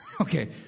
Okay